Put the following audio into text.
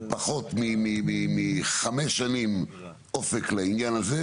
פחות מחמש שנים אופק לעניין הזה,